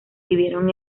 vivieron